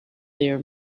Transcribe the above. their